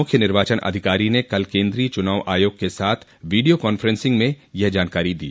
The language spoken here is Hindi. मुख्य निर्वाचन अधिकारी ने कल केन्द्रीय चुनाव आयोग के साथ वीडियो कान्फ्रेंसिंग में येह जानकारी दी